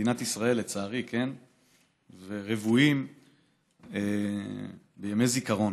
במדינת ישראל, לצערי, ורוויים בימי זיכרון